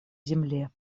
земле